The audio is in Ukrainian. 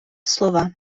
слова